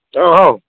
ꯑꯣ ꯍꯥꯎ